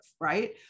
right